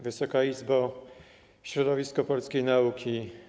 Wysoka Izbo! Środowisko Polskiej Nauki!